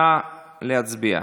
נא להצביע.